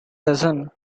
dozen